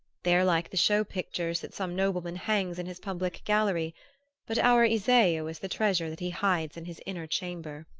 they are like the show pictures that some nobleman hangs in his public gallery but our iseo is the treasure that he hides in his inner chamber.